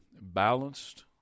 balanced